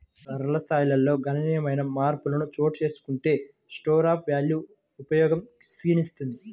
ధరల స్థాయిల్లో గణనీయమైన మార్పులు చోటుచేసుకుంటే స్టోర్ ఆఫ్ వాల్వ్ ఉపయోగం క్షీణిస్తుంది